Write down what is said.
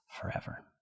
forever